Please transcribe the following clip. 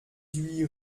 huit